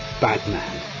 Batman